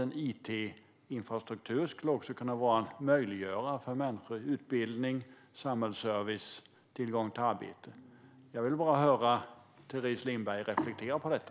En it-infrastruktur ska också göra det möjligt för människor att få del av utbildning, samhällsservice och arbete. Jag vill gärna höra Teres Lindberg reflektera över detta.